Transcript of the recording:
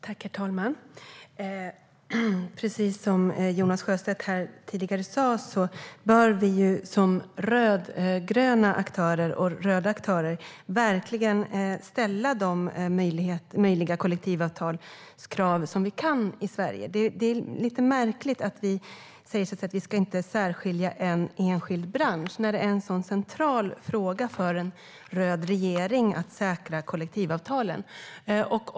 Herr talman! Precis som Jonas Sjöstedt tidigare sa bör vi som rödgröna och röda aktörer ställa de möjliga kollektivavtalskrav som vi kan i Sverige. Det är lite märkligt att säga att vi inte ska särskilja en enskild bransch när det är en sådan central fråga för en röd regering att säkra kollektivavtalen.